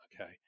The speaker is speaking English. Okay